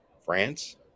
France